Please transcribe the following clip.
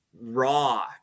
raw